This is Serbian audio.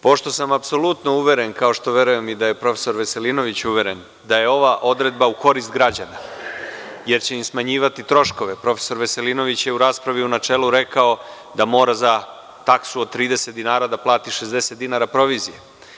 Pošto sam apsolutno uveren, kao što verujem i da je profesor Veselinović uveren, da je ova odredba u korist građana, jer će im smanjivati troškove, a prof. Veselinović je u raspravi u načelu rekao da mora za taksu od 30 dinara da plati 60 dinara proviziju.